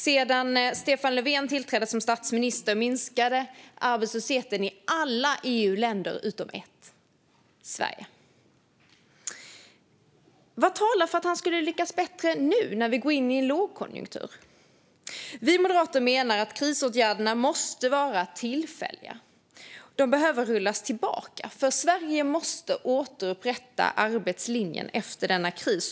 Sedan Stefan Löfven tillträdde som statminister har arbetslösheten minskat i alla EU-länder utom ett - Sverige. Vad talar för att han ska lyckas bättre nu när vi går in i en lågkonjunktur? Vi moderater menar att krisåtgärderna måste vara tillfälliga. De behöver rullas tillbaka. Sverige måste nämligen återupprätta arbetslinjen efter denna kris.